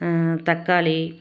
தக்காளி